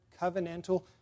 covenantal